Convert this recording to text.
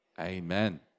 amen